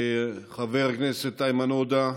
חבר הכנסת איימן עודה,